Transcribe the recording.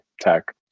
tech